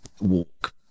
walk